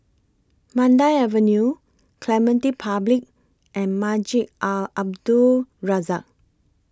Mandai Avenue Clementi Public and Masjid Al Abdul Razak